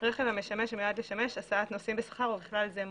רכב המשמש ומיועד לשמש הסעת נוסעים בשכר ובכלל זה מונית".